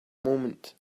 moment